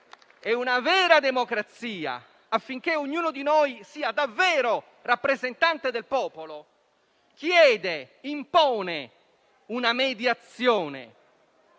Una vera democrazia, affinché ognuno di noi sia davvero rappresentante del popolo, chiede e impone una mediazione.